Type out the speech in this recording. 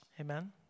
Amen